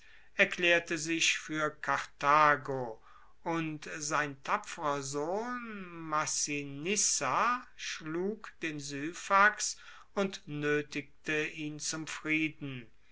erklaerte sich fuer karthago und sein tapferer sohn massinissa schlug den syphax und noetigte ihn zum frieden